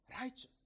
Righteous